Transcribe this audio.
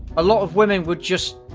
a lot of women would just.